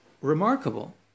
remarkable